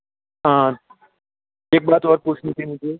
हां एक बात और पूछनी थी मुझे